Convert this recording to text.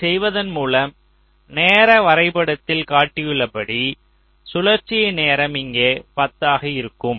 இதை செய்வதன் மூலம் நேர வரைபடத்தில் காட்டியுள்ளபடி சுழற்சியின் நேரம் இங்கே 10 ஆக இருக்கும்